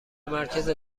مرکز